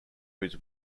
whose